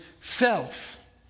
self